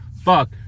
fuck